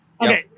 Okay